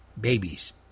babies